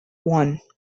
one